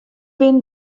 bin